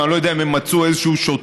ואני לא יודע אם הם מצאו איזשהו שוטר,